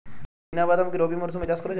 চিনা বাদাম কি রবি মরশুমে চাষ করা যায়?